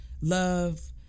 love